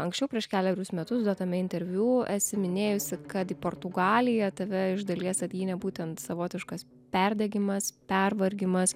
anksčiau prieš kelerius metus duotame interviu esi minėjusi kad į portugaliją tave iš dalies atgynė būtent savotiškas perdegimas pervargimas